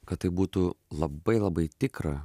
kad tai būtų labai labai tikra